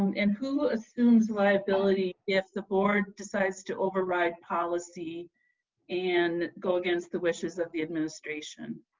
um and who assumes liability if the board decides to override policy and go against the wishes of the administration?